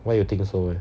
why you think so leh